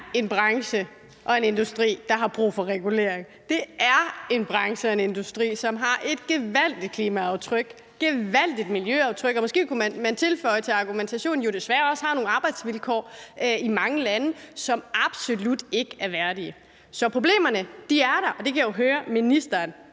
Det er en branche og en industri, der har brug for regulering, og det er en branche og en industri, som har et gevaldigt klimaaftryk, et gevaldigt miljøaftryk, og måske kunne man føje til argumentationen, at der desværre også er nogle arbejdsvilkår i mange lande, som absolut ikke er værdige. Så problemerne er der, og det kan jeg jo høre ministeren